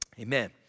amen